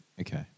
Okay